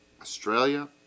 Australia